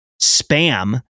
spam